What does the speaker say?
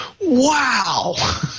wow